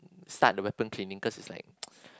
start the weapon cleaning cause is like